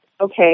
Okay